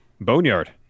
Boneyard